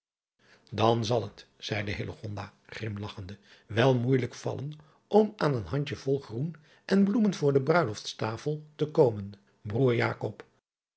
an zal het zeide grimlagchende wel moeijelijk vallen om aan een handje vol groen en bloemen voor de bruilofts tafel te komen broêr